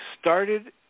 started